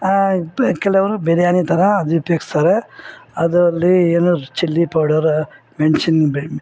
ಕೆಲವರು ಬಿರಿಯಾನಿ ಥರ ಅದು ಉಪ್ಯೋಗಿಸ್ತಾರೆ ಅದರಲ್ಲಿ ಏನಾರ ಚಿಲ್ಲಿ ಪೌಡರ್ ಮೆಣ್ಶಿನ ಬಿ